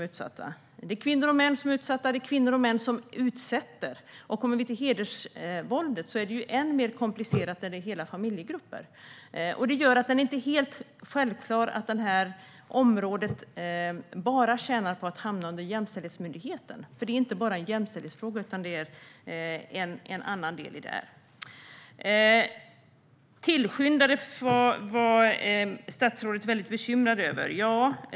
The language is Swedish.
Det handlar om kvinnor och män som blir utsatta och kvinnor och män som utsätter. Och när det gäller hedersvåldet blir det än mer komplicerat eftersom det handlar om hela familjegrupper. Det är alltså inte helt självklart att området bara tjänar på att hamna under jämställdhetsmyndigheten, för detta är inte bara en jämställdhetsfråga utan utgörs även av annat. Statsrådet var bekymrad över tillskyndandet.